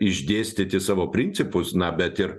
išdėstyti savo principus na bet ir